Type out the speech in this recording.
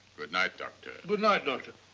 good night, doctor. good night, doctor.